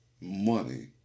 money